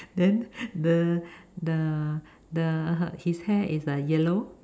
then the the the his hair is uh yellow